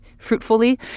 fruitfully